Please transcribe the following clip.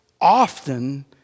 often